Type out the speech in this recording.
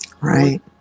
Right